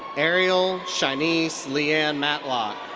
arial shy'neise leanne matlock.